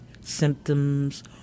symptoms